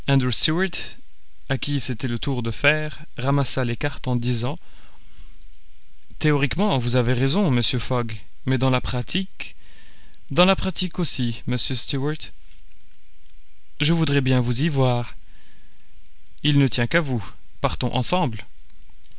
à qui c'était le tour de faire ramassa les cartes en disant théoriquement vous avez raison monsieur fogg mais dans la pratique dans la pratique aussi monsieur stuart je voudrais bien vous y voir il ne tient qu'à vous partons ensemble